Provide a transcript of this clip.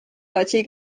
platsil